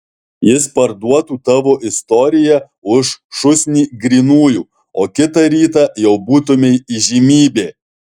jis parduotų tavo istoriją už šūsnį grynųjų o kitą rytą jau būtumei įžymybė